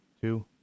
Two